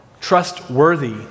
trustworthy